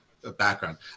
background